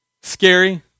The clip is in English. scary